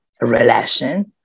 relation